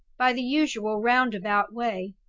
by the usual roundabout way.